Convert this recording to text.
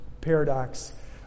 paradox